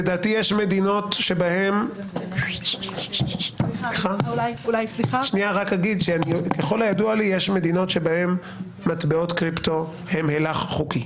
לדעתי יש מדינות בהן מטבעות קריפטו הן הילך חוקי.